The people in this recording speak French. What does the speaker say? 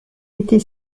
était